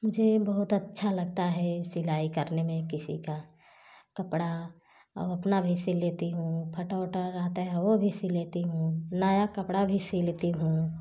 मुझे बहुत अच्छा लगता है सिलाई करने में किसी का कपड़ा अब अपना भी सिल लेती हूँ फटा उटा रहता है वो भी सिल लेती हूँ नया कपड़ा भी सिलती हूँ